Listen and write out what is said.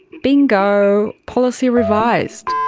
bingo! policy revised.